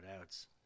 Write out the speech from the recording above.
outs